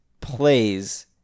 plays